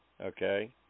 Okay